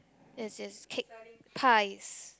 yes yes kick pies